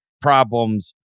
problems